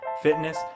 fitness